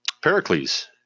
Pericles